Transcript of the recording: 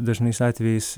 dažnais atvejais